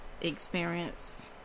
experience